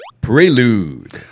Prelude